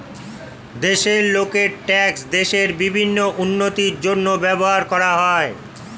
দেশের লোকের ট্যাক্স দেশের বিভিন্ন উন্নতির জন্য ব্যবহার করা হয়